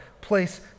place